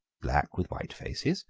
black with white faces,